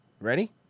Ready